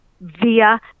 via